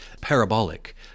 parabolic